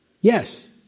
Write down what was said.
yes